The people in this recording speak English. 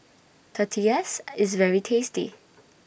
Tortillas IS very tasty